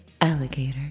alligator